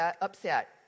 upset